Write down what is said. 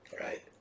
Right